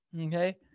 okay